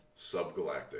subgalactic